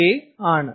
K ആണ്